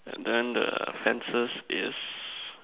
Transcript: and then the fences is